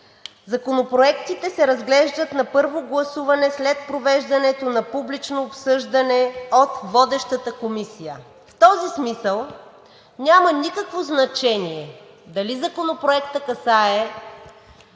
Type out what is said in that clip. „Законопроектите се разглеждат на първо гласуване след провеждането на публично обсъждане от водещата комисия.“ В този смисъл няма никакво значение дали Законопроектът касае